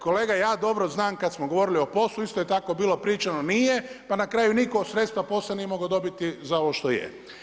Kolega ja dobro znam kada smo govorili o poslu isto je tako bilo pričano, nije, pa na kraju nitko od sredstva posao nije mogao dobiti za ovo što je.